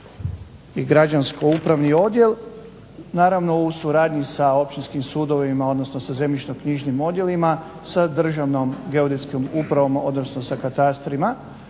i građansko-upravni odjel naravno u suradnji sa općinskim sudovima, odnosno sa zemljišno-knjižnim odjelima, sa Državnom geodetskom upravom, odnosno sa katastrima